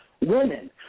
women